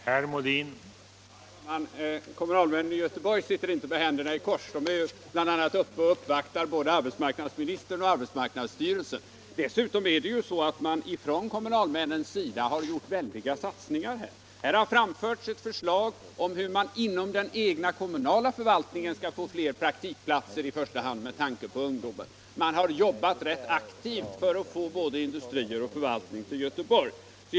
Herr talman! Kommunalmännen i Göteborg sitter inte med händerna i kors. De är bl.a. här uppe och uppvaktar både arbetsmarknadsministern och arbetsmarknadsstyrelsen. Dessutom har man ju från kommunalmännens sida gjort stora egna satsningar. Det har framförts förslag om hur man inom den egna kommunala förvaltningen skall få fler praktikplatser, i första hand med tanke på ungdomen, och man har jobbat rätt aktivt för att få både industrier och förvaltning till Göteborg.